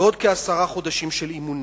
ועוד כעשרה חודשים של אימונים.